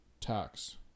tax